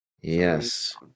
Yes